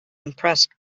impressed